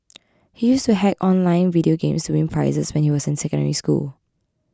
he used to hack online video games to win prizes when he was in Secondary School